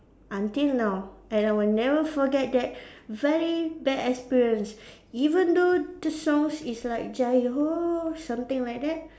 until now and I will never forget that very bad experience even though the songs is like Jai Ho something like that